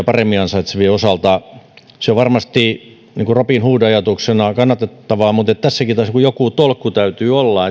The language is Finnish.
paremmin ansaitsevien osalta se on varmasti robinhood ajatuksena kannatettava mutta joku tolkku tässäkin täytyy olla